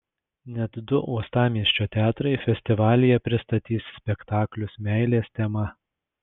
net du uostamiesčio teatrai festivalyje pristatys spektaklius meilės tema